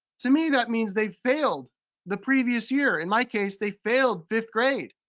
to me that means they've failed the previous year. in my case, they failed fifth grade.